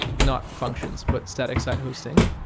not functions, but static site hosting,